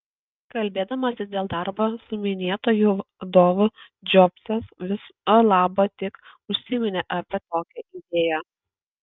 kalbėdamasis dėl darbo su minėtuoju vadovu džobsas viso labo tik užsiminė apie tokią idėją